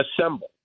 assemble